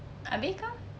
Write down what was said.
abeh kau